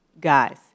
guys